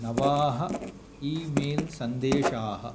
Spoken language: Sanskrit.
नवाः ई मेल् सन्देशाः